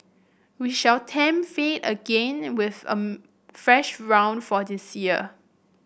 we shall tempt fate again with a fresh round for this year